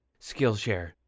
Skillshare